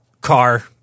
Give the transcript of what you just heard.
car